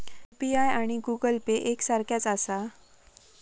UPI आणि Google Pay एक सारख्याच आसा?